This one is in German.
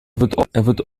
wird